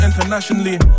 internationally